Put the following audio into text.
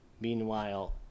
Meanwhile